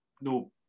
no